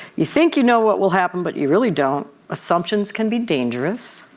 you think you know what will happen but you really don't. assumptions can be dangerous.